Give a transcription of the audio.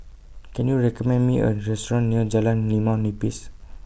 Can YOU recommend Me A Restaurant near Jalan Limau Nipis